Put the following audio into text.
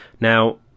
now